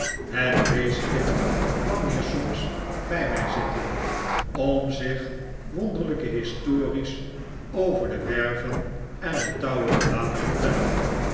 het weeskind kwam hier soms bij mij zitten om zich wonderlijke histories over de werven en den tower te laten vertellen